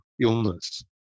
illness